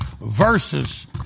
versus